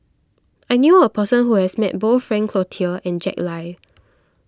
I knew a person who has met both Frank Cloutier and Jack Lai